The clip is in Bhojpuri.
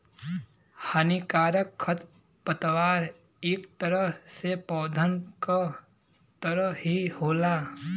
हानिकारक खरपतवार इक तरह से पौधन क तरह ही होला